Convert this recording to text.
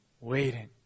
waiting